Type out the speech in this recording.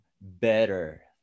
better